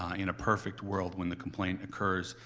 ah in a perfect world, when the complaint occurs,